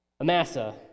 Amasa